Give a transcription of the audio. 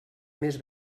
més